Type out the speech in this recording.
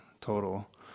total